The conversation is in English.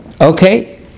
Okay